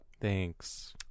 Thanks